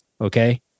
Okay